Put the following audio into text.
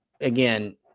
again